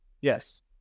Yes